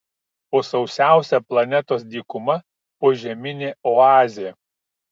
po sausiausia planetos dykuma požeminė oazė